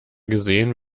gesehen